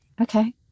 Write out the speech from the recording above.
Okay